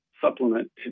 supplement